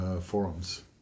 forums